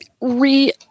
re